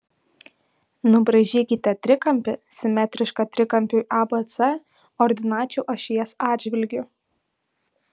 nubraižykite trikampį simetrišką trikampiui abc ordinačių ašies atžvilgiu